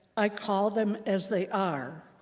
i call them as they are.